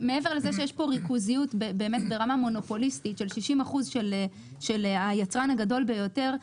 מעבר לזה שיש פה ריכוזיות של 60% של היצרן הגדול ביותר,